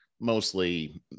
Mostly